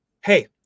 Hey